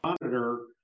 monitor